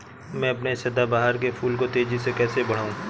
मैं अपने सदाबहार के फूल को तेजी से कैसे बढाऊं?